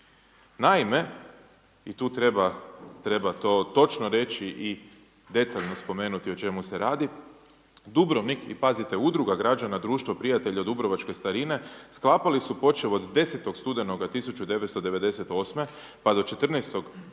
Naime, i tu treba to točno reći i detaljno spomenuti o čemu se radi, Dubrovnik i pazite udruga građana Društvo prijatelja Dubrovačke starine, sklapali su počev od 10. studenoga 1998. pa do 14. prosinca